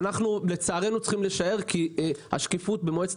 לצערנו אנחנו צריכים לשער כי השקיפות במועצת